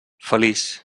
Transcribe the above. feliç